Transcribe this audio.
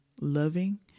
loving